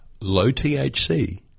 low-THC